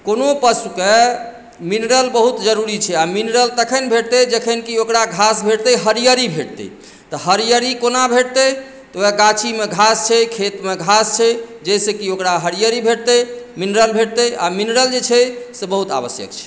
कोनो पशुकेँ मिनरल बहुत जरूरी छै आ मिनरल तखन भेटतै जखन कि ओकरा घास भेटतै हरियरी भेटतै तऽ हरियरी कोना भेटतै तऽ उएह गाछीमे घास छै खेतमे घास छै जाहिसँ कि ओकरा हरियरी भेटतै मिनरल भेटतै आ मिनरल जे छै से बहुत आवश्यक छै